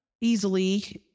easily